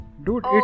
Dude